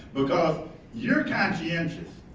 because you're conscientious,